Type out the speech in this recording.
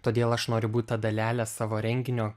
todėl aš noriu būt ta dalelė savo renginio